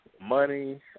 money